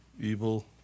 evil